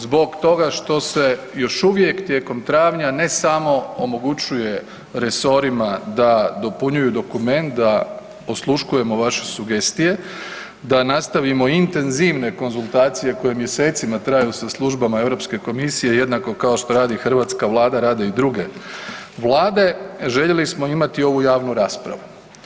Zbog toga što se još uvijek tijekom travnja ne samo omogućuje resorima da dopunjuju dokument, da osluškujemo vaše sugestije, da nastavimo intenzivne konzultacije koje mjesecima traju sa službama Europske komisije, jednako kao što radi hrvatska Vlada rade i druge vlade, željeli smo imati ovu javnu raspravu.